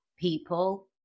people